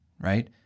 right